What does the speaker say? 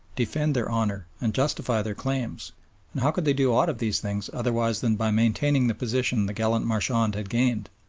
defend their honour and justify their claims and how could they do aught of these things otherwise than by maintaining the position the gallant marchand had gained?